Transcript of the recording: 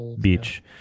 beach